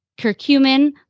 curcumin